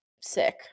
sick